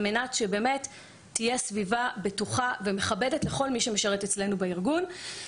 על מנת שבאמת תהיה סביבה בטוחה ומכבדת לכל מי שמשרת אצלנו בארגון.